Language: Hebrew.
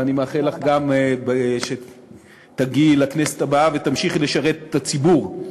ואני מאחל לך שגם תגיעי לכנסת הבאה ותמשיכי לשרת את הציבור.